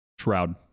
shroud